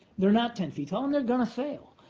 they're not ten feet tall, and they're going to fail.